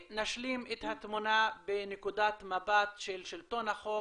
ונשלים את התמונה בנקודת מבט של שלטון החוק,